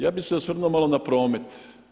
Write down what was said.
Ja bih se osvrnuo malo na promet.